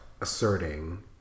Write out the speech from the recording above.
asserting